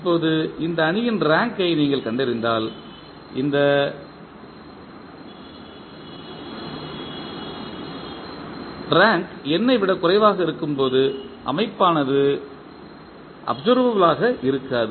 இப்போது இந்த அணியின் ரேங்க் ஐ நீங்கள் கண்டறிந்தால் இந்த ரேங்க் n ஐ விடக் குறைவாக இருக்கும்போது அமைப்பானது அப்சர்வபில் ஆக இருக்காது